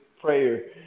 prayer